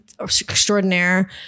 extraordinaire